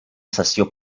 sessió